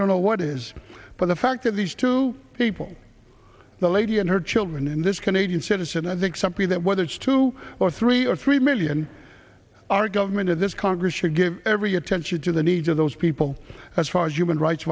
don't know what it is but the fact that these two people the lady and her children in this canadian citizen i think something that whether it's two or three or three million our government and this congress should give every attention to the needs of those people as far as human rights